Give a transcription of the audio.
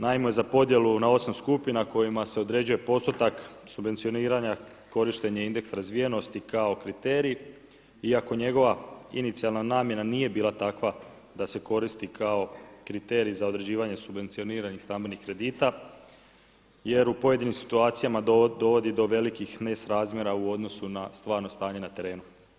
Naime, za podjelu na osam skupina kojima se određuje postotak subvencioniranja korišten je indeks razvijenosti kao kriterij iako njegova inicijalna namjena nije bila takva da se koristi kao kriterij za određivanje subvencioniranih stambenih kredita jer u pojedinim situacijama dovodi do velikih nesrazmjera u odnosu na stvarno stanje na terenu.